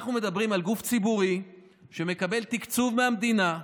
אנחנו מדברים על גוף ציבורי שמקבל תקצוב מהמדינה,